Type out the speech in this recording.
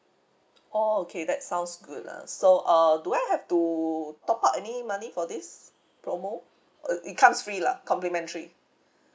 okay that sounds good lah so uh do I have to top up any money for this promo uh it's come free lah complementary